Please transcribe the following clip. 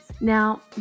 Now